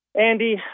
Andy